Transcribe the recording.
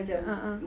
ah ah